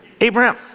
Abraham